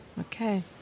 Okay